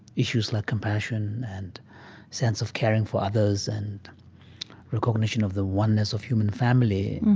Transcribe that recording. issues like compassion and sense of caring for others and recognition of the oneness of human family,